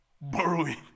Borrowing